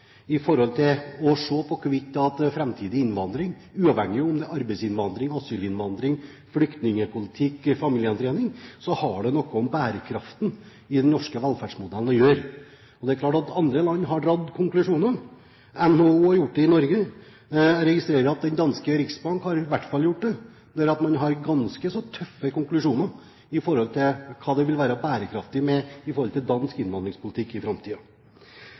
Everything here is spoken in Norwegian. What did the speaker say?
i forhold til framtidig innvandring. Uavhengig av om det er arbeidsinnvandring, asylinnvandring, flyktningpolitikk, familiegjenforening, har det noe med bærekraften i den norske velferdsmodellen å gjøre. Andre land har dradd konklusjoner. NHO har gjort det i Norge. Jeg registrerer at den danske riksbanken i hvert fall har gjort det, der man har ganske så tøffe konklusjoner med tanke på hva som vil være bærekraftig når det gjelder dansk innvandringspolitikk i